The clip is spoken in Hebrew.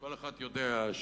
כל אחד יודע שהעיקרון,